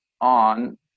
on